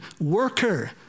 worker